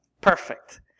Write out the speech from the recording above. Perfect